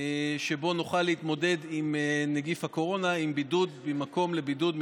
במקום המיועד לבידוד,